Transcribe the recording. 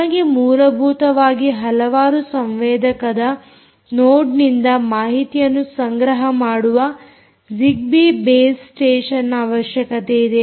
ನಿಮಗೆ ಮೂಲಭೂತವಾಗಿ ಹಲವಾರು ಸಂವೇದಕದ ನೋಡ್ ನಿಂದ ಮಾಹಿತಿಯನ್ನು ಸಂಗ್ರಹ ಮಾಡುವ ಜಿಗ್ಬೀ ಬೇಸ್ ಸ್ಟೇಷನ್ನ ಅವಶ್ಯಕತೆಯಿದೆ